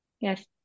Yes